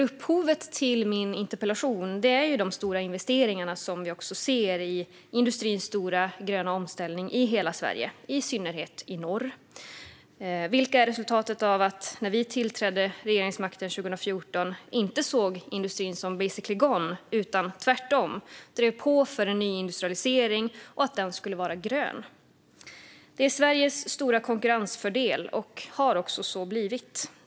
Upphovet till min interpellation är de stora investeringar som vi ser i industrins stora gröna omställning i hela Sverige, i synnerhet i norr, vilka är resultatet av att vi när vi tillträdde regeringsmakten 2014 inte såg industrin som "basically gone" utan tvärtom drev på för en nyindustrialisering och att den skulle vara grön. Det är Sveriges stora konkurrensfördel, och så har det också blivit.